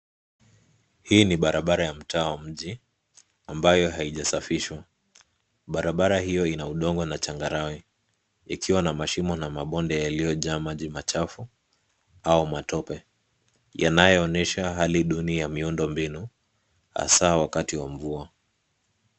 Hii ni barabara ya mtaa wa mjini ambayo haijasafishwa. Barabara hiyo inaudongo na changarawe ikiwa na mashimo namabonde yaliyo jaa maji machafu au matope yanayoonyesha hali duni ya miundo mbinu hasaa wakati wa mvua.